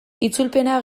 itzulpena